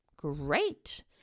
great